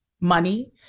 money